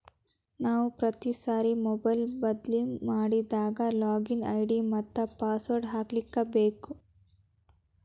ನಾವು ಪ್ರತಿ ಸಾರಿ ಮೊಬೈಲ್ ಬದ್ಲಿ ಮಾಡಿದಾಗ ಲಾಗಿನ್ ಐ.ಡಿ ಮತ್ತ ಪಾಸ್ವರ್ಡ್ ಹಾಕ್ಲಿಕ್ಕೇಬೇಕು